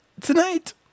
tonight